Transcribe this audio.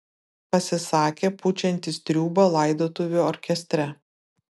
pasisakė pučiantis triūbą laidotuvių orkestre